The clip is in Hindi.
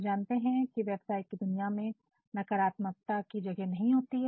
आप जानते है कि व्यवसाय की दुनिया में नकारात्मकता की जगह नहीं होती